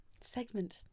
segment